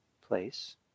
place